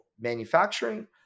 manufacturing